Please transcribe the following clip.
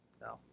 no